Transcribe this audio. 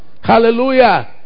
Hallelujah